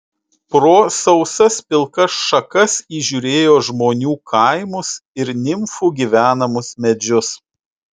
pro sausas pilkas šakas įžiūrėjo žmonių kaimus ir nimfų gyvenamus medžius